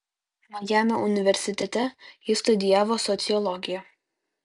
majamio universitete ji studijavo sociologiją